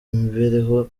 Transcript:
imibereho